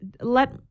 Let